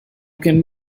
can